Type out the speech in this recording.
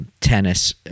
tennis